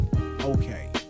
okay